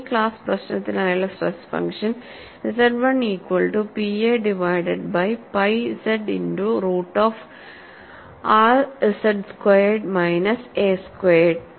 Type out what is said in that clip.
ഈ ക്ലാസ് പ്രശ്നത്തിനായുള്ള stress function Z 1ഈക്വൽ to P a divided by pi z into root of r z squared minus a squared